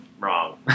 Wrong